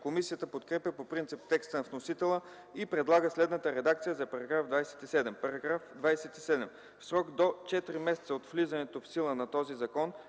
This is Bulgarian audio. Комисията подкрепя по принцип текста на вносителя и предлага следната редакция за § 27: „§ 27. В срок до четири месеца от влизането в сила на този закон